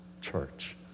Church